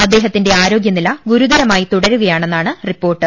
അദ്ദേഹത്തിന്റെ ആരോ ഗൃനില ഗുരുതരമായി തുടരുകയാണെന്നാണ് റിപ്പോർട്ട്